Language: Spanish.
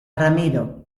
ramiro